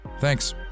Thanks